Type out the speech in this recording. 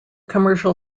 commercial